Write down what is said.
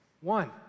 One